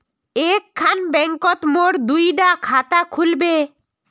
एक खान बैंकोत मोर दुई डा खाता खुल बे?